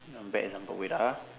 bad example wait ah